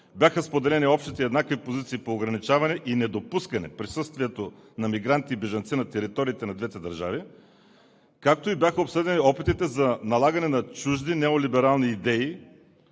бяха споделени общите еднакви позиции по ограничаване и недопускане на мигранти и бежанци на териториите на двете държави, както и бяха обсъдени опитите за налагане на чужди и неолиберални идеи